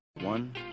One